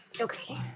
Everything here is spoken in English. Okay